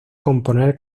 componer